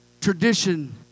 Tradition